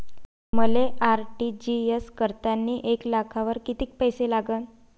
मले आर.टी.जी.एस करतांनी एक लाखावर कितीक पैसे लागन?